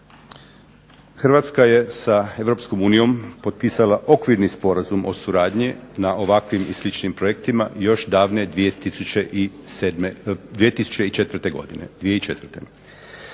Hrvatska je sa Europskom unijom potpisala Okvirni sporazum o suradnji na ovakvim i sličnim projektima još davne 2004. godine.